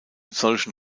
solchen